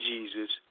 Jesus